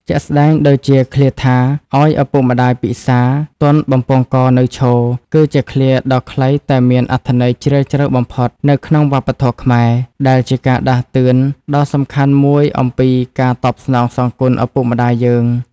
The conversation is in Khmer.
ជាក់ស្ដែងដូចជាឃ្លាថា ឲ្យឪពុកម្តាយពិសារ ទាន់បំពង់ករនៅឈរ គឺជាឃ្លាដ៏ខ្លីតែមានអត្ថន័យជ្រាលជ្រៅបំផុតនៅក្នុងវប្បធម៌ខ្មែរ ដែលជាការដាស់តឿនដ៏សំខាន់មួយអំពីការតបស្នងសងគុណឪពុកម្តាយយើង។